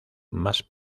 más